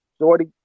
shorty